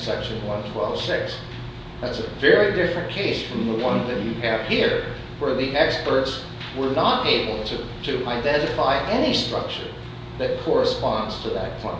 section one of six that's a very different case from the one that you have here where the experts were not able to identify any structures that corresponds to that point